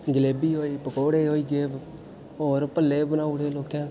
जलेबी होई गे पकोड़े होई गे के होर भल्ले बनाई ओड़े लोकें